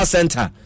Center